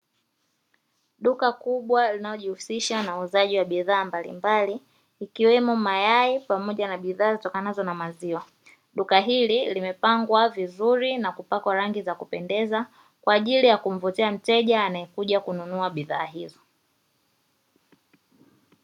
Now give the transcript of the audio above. Duka kubwa linalojihusisha na uuzaji wa bidhaa mbalimbali ikiwemo mayai pamoja na bidhaa zitokanazo na maziwa. Duka hili limepangwa vizuri na kupakwa rangi za kupendeza kwa ajili ya kumvutia mteja anayekuja kununua bidhaa hizo.